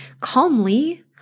calmly